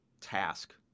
task